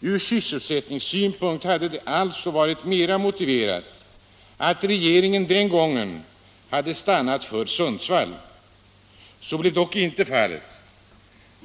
Ur sysselsättningssynpunkt hade det alltså varit mera motiverat att regeringen den gången hade stannat för Sundsvall. Så blev dock inte fallet.